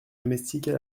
domestiques